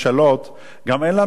גם אין לנו את הכוח הפוליטי.